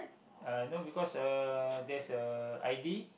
uh you know because uh there's a i_d